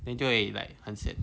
later its like 很 sian